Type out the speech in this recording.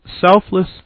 selfless